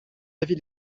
avis